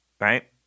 right